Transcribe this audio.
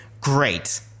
great